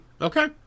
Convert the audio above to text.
Okay